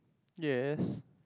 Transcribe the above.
yes